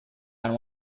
and